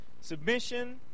Submission